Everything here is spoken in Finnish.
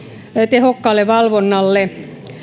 tehokkaalle valvonnalle